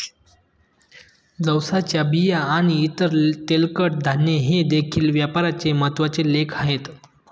जवसाच्या बिया आणि इतर तेलकट धान्ये हे देखील व्यापाराचे महत्त्वाचे लेख आहेत